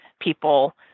people